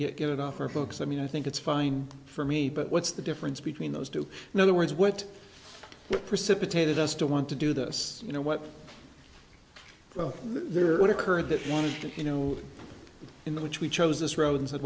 we get it off for folks i mean i think it's fine for me but what's the difference between those two know the words what precipitated us to want to do this you know what both they're what occurred this one is do you know in which we chose this road and said